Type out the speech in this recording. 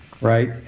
right